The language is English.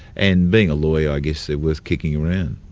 and being a lawyer i guess they're worth kicking around.